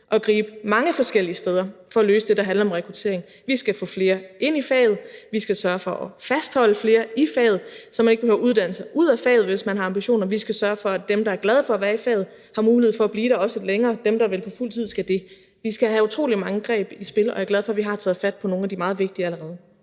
at gribe mange forskellige steder for at løse det, der handler om rekruttering. Vi skal få flere ind i faget, vi skal sørge for at fastholde flere i faget, så man ikke behøver at uddanne sig ud af faget, hvis man har ambitioner. Vi skal sørge for, at dem, der er glade for at være i faget, også har mulighed for at blive der lidt længere, og at dem, der vil på fuld tid, også skal kunne det. Vi skal have utrolig mange greb i spil, og jeg er glad for, at vi har taget fat på nogle af de meget vigtige allerede.